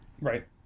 Right